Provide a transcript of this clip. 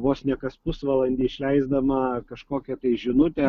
vos ne kas pusvalandį išleisdama kažkokią tai žinutę